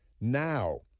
now